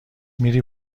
میری